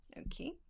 Okay